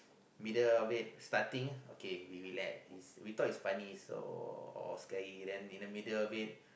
middle of it starting okay we relax we thought it's funny so or scary then in the middle of it